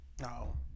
No